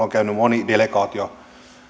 on käynyt moni delegaatio